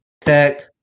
Tech